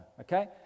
Okay